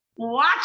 watch